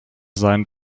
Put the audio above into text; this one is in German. seinen